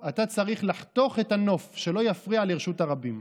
אתה צריך לחתוך את הנוף, שלא יפריע לרשות הרבים.